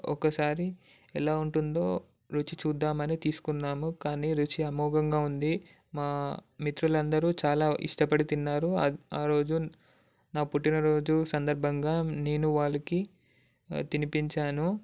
ఒకసారి ఎలా ఉంటుందో రుచి చూద్దామని తీసుకున్నాము కానీ రుచి అమోఘంగా ఉంది మా మిత్రులు అందరు చాలా ఇష్టపడి తిన్నారు ఆ రోజు నా పుట్టినరోజు సందర్బంగా నేను వాళ్ళకి తినిపించాను